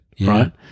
right